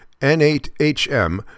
N8HM